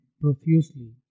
profusely